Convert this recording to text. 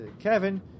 Kevin